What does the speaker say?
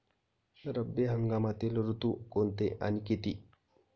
रब्बी हंगामातील ऋतू कोणते आणि किती?